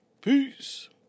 Peace